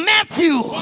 Matthew